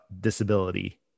disability